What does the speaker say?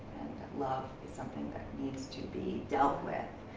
love is something that needs to be dealt with.